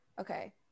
okay